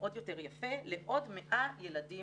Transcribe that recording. ועוד יותר יפה, לעוד 100 ילדים